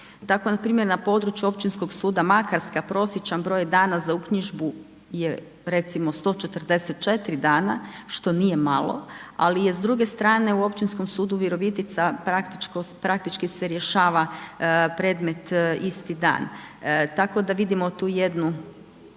na području općinskog suda Makarska prosječan broj dana za uknjižbu je recimo 144 dana što nije malo ali je s druge strane u općinskom sudu Virovitica praktički se rješava predmet isti dan tako da vidimo tu jednu,